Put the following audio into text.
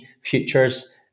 futures